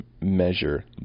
measure